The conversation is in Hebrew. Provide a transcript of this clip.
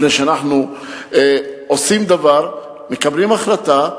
מפני שאנחנו עושים דבר, מקבלים החלטה,